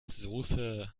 soße